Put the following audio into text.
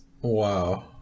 Wow